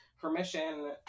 permission